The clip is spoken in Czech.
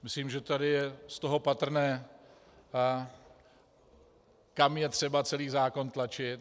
Myslím, že tady je z toho patrné, kam je třeba celý zákon tlačit.